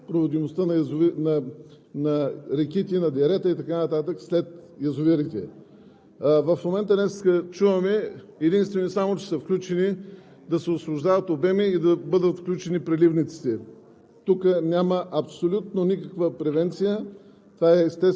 последиците за частта в проводимостта на реките, дерета и така нататък след язовирите. В момента чуваме единствено и само, че са включени да се освобождават обеми и да бъдат включени преливниците.